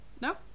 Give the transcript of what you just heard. No